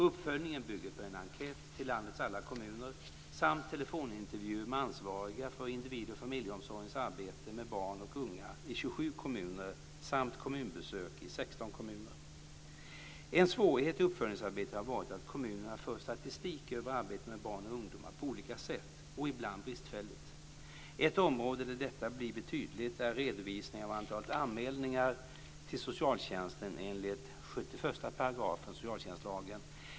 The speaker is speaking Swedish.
Uppföljningen bygger på en enkät till landets alla kommuner samt telefonintervjuer med ansvariga för individ och familjeomsorgens arbete med barn och unga i 27 En svårighet i uppföljningsarbetet har varit att kommunerna för statistik över arbetet med barn och ungdomar på olika sätt och ibland bristfälligt. Ett område där detta blivit tydligt är redovisningen av antalet anmälningar till socialtjänsten enligt 71 § SoL.